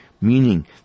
meaning